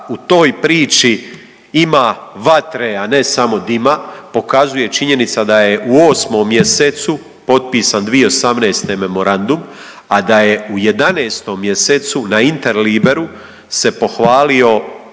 u toj priči ima vatre, a ne samo dima pokazuje činjenica da je u 8. mjesecu potpisan 2018. memorandum, a da je u 11. mjesecu na Interliberu se pohvalio